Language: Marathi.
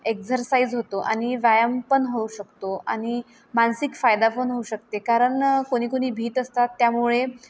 एक्झरसाइज होतो आणि व्यायाम पण होऊ शकतो आणि मानसिक फायदा पण होऊ शकते कारण कोणी कुणी भीत असतात त्यामुळे